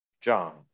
John